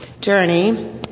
journey